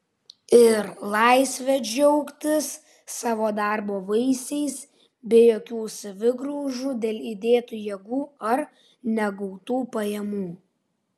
ir laisvę džiaugtis savo darbo vaisiais be jokių savigraužų dėl įdėtų jėgų ar negautų pajamų